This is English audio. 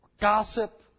gossip